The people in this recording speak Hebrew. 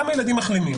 כמה ילדים מחלימים?